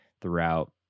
throughout